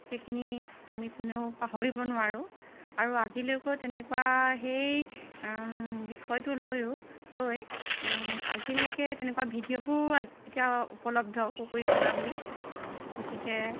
সেইখিনি আমি কোনেও পাহৰিব নোৱাৰোঁ আৰু আজিলৈকেও তেনেকুৱা সেই বিষয়টো লৈও লৈ আজিলৈকে তেনেকুৱা ভিডিঅ'বোৰ এতিয়া উপলব্ধ কুকুৰীকণা বুলি গতিকে